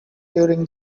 during